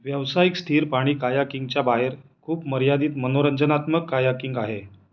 व्यावसायिक स्थिर पाणी काया किंगच्या बाहेर खूप मर्यादित मनोरंजनात्मक काया किंग आहे